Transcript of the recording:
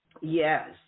Yes